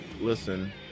Listen